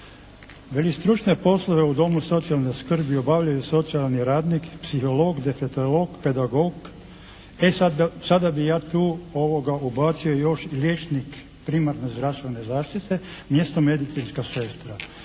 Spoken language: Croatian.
"Stručne poslove u domu socijalne skrbi obavljaju socijalni radnik, psiholog, defektolog, pedagog.". E sada bih ja tu ubacio još liječnik primarne zdravstvene zaštite umjesto medicinska sestra